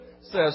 says